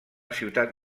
ciutat